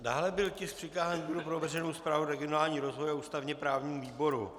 Dále byl tisk přikázán výboru pro veřejnou správu, regionální rozvoj a ústavněprávnímu výboru.